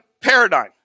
paradigm